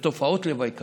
ותופעות לוואי קשות.